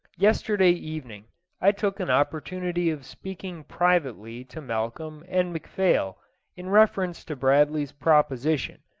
yesterday evening i took an opportunity of speaking privately to malcolm and mcphail in reference to bradley's proposition,